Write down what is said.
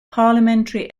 parliamentary